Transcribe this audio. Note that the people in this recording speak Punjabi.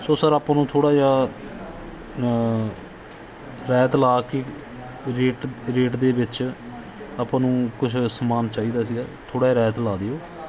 ਸੋ ਸਰ ਆਪਾਂ ਨੂੰ ਥੋੜ੍ਹਾ ਜਿਹਾ ਰਿਆਇਤ ਲਾ ਕੇ ਰੇਟ ਰੇਟ ਦੇ ਵਿੱਚ ਆਪਾਂ ਨੂੰ ਕੁਛ ਸਮਾਨ ਚਾਹੀਦਾ ਸੀਗਾ ਥੋੜ੍ਹਾ ਜਿਹਾ ਰਿਆਇਤ ਲਾ ਦਿਓ